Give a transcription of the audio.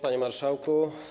Panie Marszałku!